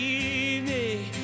evening